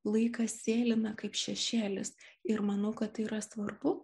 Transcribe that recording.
laikas sėlina kaip šešėlis ir manau kad tai yra svarbu